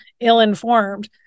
ill-informed